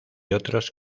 otros